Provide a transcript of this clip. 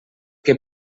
que